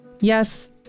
Yes